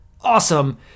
awesome